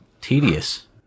tedious